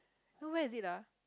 so where is it ah